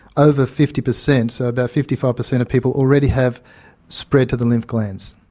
over fifty percent, so about fifty five percent of people already have spread to the lymph glands.